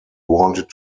wanted